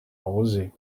arroser